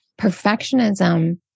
Perfectionism